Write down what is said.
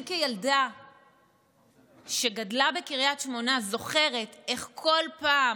אני, כילדה שגדלה בקריית שמונה, זוכרת איך כל פעם